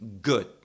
good